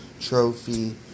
Trophy